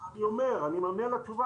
אז אני אומר, אני עונה על השאלה.